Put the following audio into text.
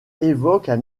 évoquent